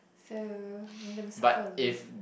so you're gonna suffer alone